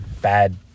bad